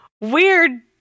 weird